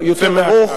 יוצא מהכלל.